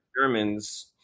Germans